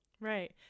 Right